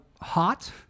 Hot